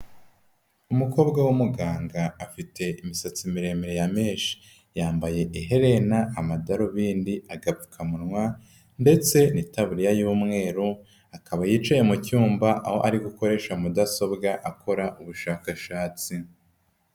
Umukobwa w'umuganga afite imisatsi miremire ya meshi. Yambaye iherena, amadarubindi, agapfukamunwa ndetse n'itaburiya y'umweru, akaba yicaye mu cyumba, aho ari ukoresha mudasobwa akora ubushakashatsi.